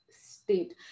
state